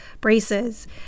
braces